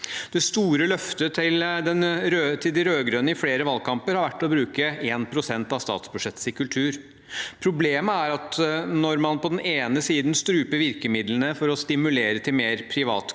Det store løftet til de rød-grønne i flere valgkamper har vært å bruke 1 pst. av statsbudsjettet til kultur. Problemet er at når man på den ene siden struper virkemidlene for å stimulere til mer privat